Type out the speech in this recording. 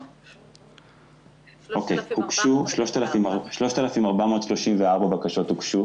הוגשו 3,434 בקשות.